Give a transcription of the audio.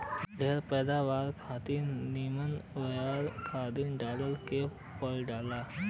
ढेर पैदावार खातिर निमन बिया खाद डाले के पड़ेला